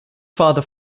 father